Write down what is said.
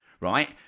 right